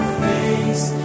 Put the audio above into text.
face